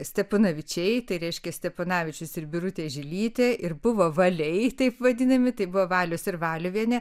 steponavičiai tai reiškia steponavičius ir birutė žilytė ir buvo valiai taip vadinami tai buvo valius ir valiuvienė